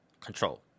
control